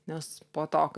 nes po to kai